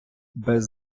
без